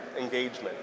engagement